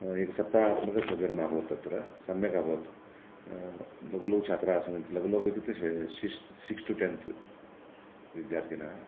एकसप्ताहात्मकशिबिरम् अभूत् तत्र सम्यक् अभूत् लघु लघु छात्राः आसन् लघु लघु इत्युक्ते शि सिक्स् टु टेन्त् विद्यार्थिनः